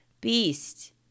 beast